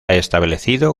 establecido